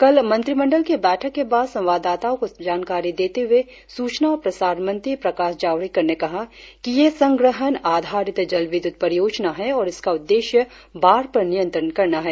कल मंत्रिमंडल की बैठक के बाद संवाददाताओं को जानकारी देते हुए सूचना और प्रसारण मंत्री प्रकाश जावड़ेकर ने कहा कि यह संग्रहण आधारित जल विद्युत परियोजना है और इसका उद्देश्य बाढ़ पर नियंत्रण करना है